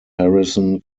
harrison